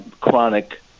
chronic